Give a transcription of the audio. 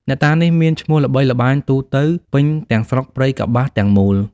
អ្នកតានេះមានឈ្មោះល្បីល្បាញទូទៅ ពេញទាំងស្រុកព្រៃកប្បាសទាំងមូល។